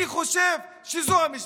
אני חושב שזו המשוואה.